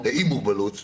מוגבלות.